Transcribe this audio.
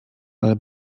ale